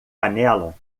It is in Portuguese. panela